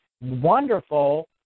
wonderful